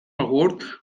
award